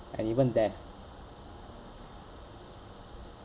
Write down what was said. and even death